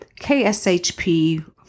KSHP